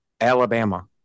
Alabama